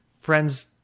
friends